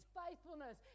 faithfulness